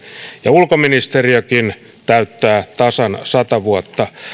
ulkoministeriökin täyttää tasan sata vuotta